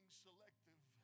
selective